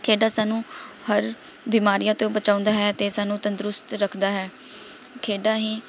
ਖੇਡਾਂ ਸਾਨੂੰ ਹਰ ਬਿਮਾਰੀਆਂ ਤੋਂ ਬਚਾਉਂਦਾ ਹੈ ਅਤੇ ਸਾਨੂੰ ਤੰਦਰੁਸਤ ਰੱਖਦਾ ਹੈ ਖੇਡਾਂ ਹੀ